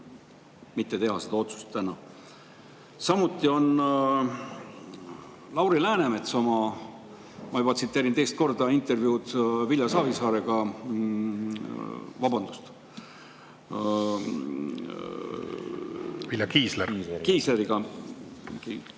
mitte teha seda otsust täna. Samuti on Lauri Läänemets oma … Ma tsiteerin juba teist korda intervjuud Vilja Savisaarega … Vabandust! Vilja Kiisleriga. Vilja Kiisleriga. Kiisleriga.